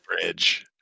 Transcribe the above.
bridge